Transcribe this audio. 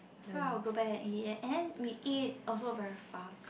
so I will go back and eat and then we eat it also very fast